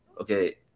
Okay